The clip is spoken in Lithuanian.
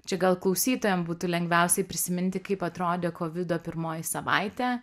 čia gal klausytojam būtų lengviausiai prisiminti kaip atrodė kovido pirmoji savaitė